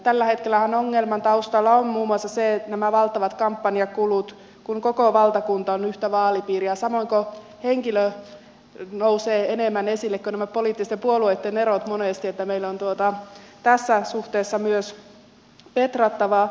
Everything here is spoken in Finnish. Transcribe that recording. tällä hetkellähän ongelman taustalla ovat muun muassa nämä valtavat kampanjakulut kun koko valtakunta on yhtä vaalipiiriä samoin kuin se että henkilö nousee enemmän esille kuin nämä poliittisten puolueitten erot monesti niin että meillä on tässä suhteessa myös petrattavaa